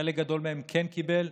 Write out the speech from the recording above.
חלק גדול מהן כן קיבלו.